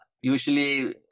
usually